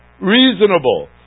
reasonable